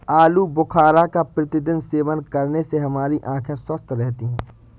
आलू बुखारा का प्रतिदिन सेवन करने से हमारी आंखें स्वस्थ रहती है